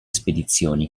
spedizioni